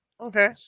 Okay